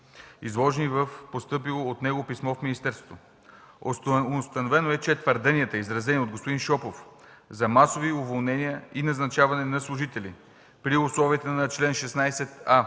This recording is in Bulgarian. изложени в постъпило от него писмо в министерството. Установено е, че твърденията, изразени от господин Шопов, за масови уволнения и назначаване на служители при условията на чл. 16а